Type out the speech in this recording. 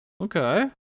Okay